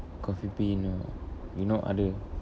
coffee bean or you know other